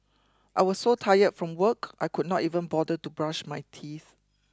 I was so tired from work I could not even bother to brush my teeth